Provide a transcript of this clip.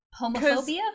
Homophobia